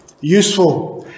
useful